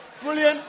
Brilliant